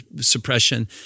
suppression